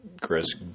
Chris